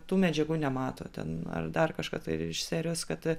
tų medžiagų nemato ten ar dar kažką tai iš serijos kad